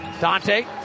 Dante